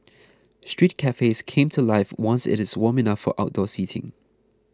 street cafes came to life once it is warm enough for outdoor seating